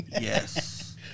yes